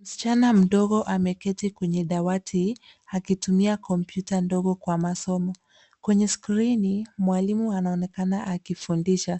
Msichana mdogo ameketi kwenye dawati akitumia kompyuta ndogo kwa masomo. Kwenye skrini mwalimu anaonekana akifundisha.